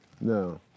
no